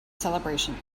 celebration